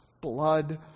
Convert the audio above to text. blood